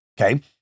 okay